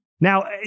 Now